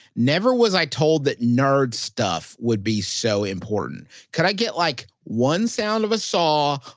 never was i told that nerd stuff would be so important. could i get like one sound of a saw,